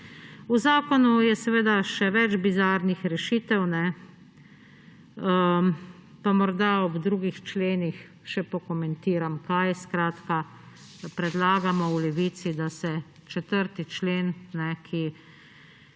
V zakonu je seveda še več bizarnih rešitev, pa morda ob drugih členih še kaj pokomentiram. Skratka, predlagamo v Levici, da se 4. člen, ki